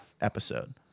episode